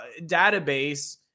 database